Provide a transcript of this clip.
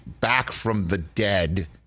back-from-the-dead